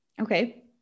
Okay